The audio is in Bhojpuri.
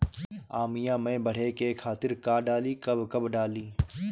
आमिया मैं बढ़े के खातिर का डाली कब कब डाली?